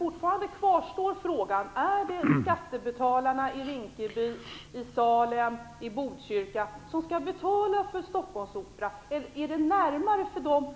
Fortfarande kvarstår frågan: Är det skattebetalarna i Rinkeby, i Salem, i Botkyrka som skall betala för Stockholmsoperan? Är det närmare för dessa invånare